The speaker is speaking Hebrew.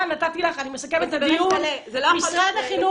משרד החינוך,